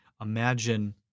imagine